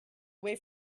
away